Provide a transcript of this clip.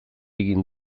egin